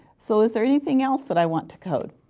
so is there anything else that i want to code?